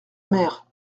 mère